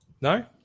No